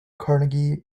carnegie